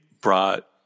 brought